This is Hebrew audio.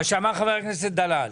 כמו שאמר חבר הכנסת דלל,